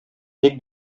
ник